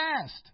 past